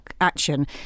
action